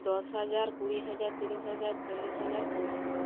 দশ হাজার কুড়ি হাজার তিরিশ চল্লিশ হাজার পঞ্চাশ হাজার